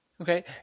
Okay